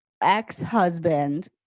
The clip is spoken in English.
ex-husband